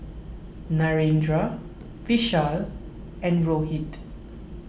Narendra Vishal and Rohit